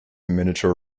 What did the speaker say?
miniature